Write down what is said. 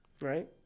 right